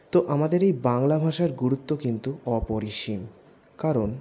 তো আমাদের এই বাংলা ভাষার গুরুত্ব কিন্তু অপরিসীম কারণ